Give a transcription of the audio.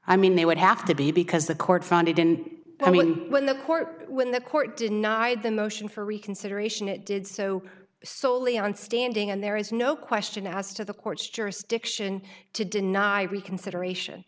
i mean they would have to be because the court found it didn't i mean when the court when the court denied the motion for reconsideration it did so solely on standing and there is no question as to the court's jurisdiction to deny reconsideration